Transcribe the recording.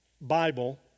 Bible